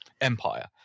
empire